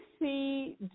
see